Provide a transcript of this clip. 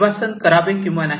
निर्वासन करावे किंवा नाही